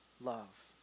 love